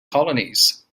colonies